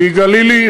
מגלילי,